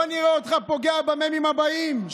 בוא נראה אותך פוגע במ"מים הבאים.